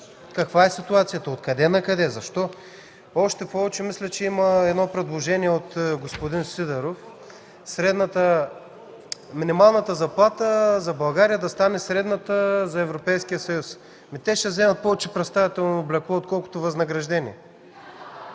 каква е ситуацията? Откъде накъде, защо? Още повече мисля, че има едно предложение от господин Сидеров минималната заплата за България да стане средната за Европейския съюз. Те ще вземат повече за представително облекло, отколкото е възнаграждението